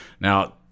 Now